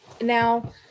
Now